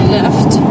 left